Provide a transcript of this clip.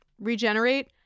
regenerate